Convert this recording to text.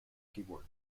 keyboard